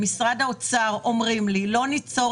במשרד האוצר אמרו לי: "לא ניצור